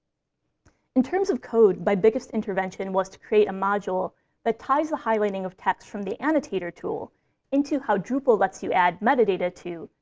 in terms of code, my biggest intervention was to create a module that ties the highlighting of text from the annotator tool into how drupal lets you add metadata to,